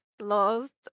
lost